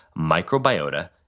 microbiota